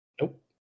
Nope